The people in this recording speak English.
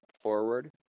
forward